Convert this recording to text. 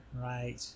Right